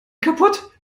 kaputt